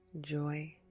joy